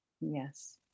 yes